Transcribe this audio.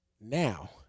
Now